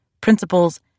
principles